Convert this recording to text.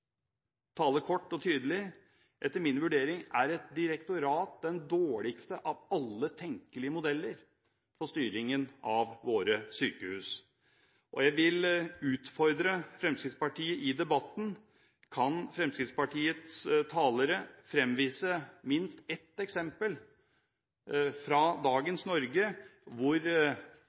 tale kort og tydelig. Etter min vurdering er et direktorat den dårligste av alle tenkelige modeller for styringen av våre sykehus. Jeg vil utfordre Fremskrittspartiet i debatten på om Fremskrittspartiets talere kan fremvise minst ett eksempel fra dagens Norge hvor